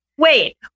Wait